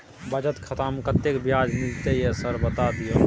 बचत खाता में कत्ते ब्याज मिलले ये सर बता दियो?